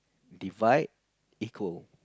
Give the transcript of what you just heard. divide equal